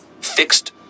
fixed